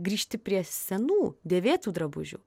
grįžti prie senų dėvėtų drabužių